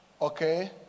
okay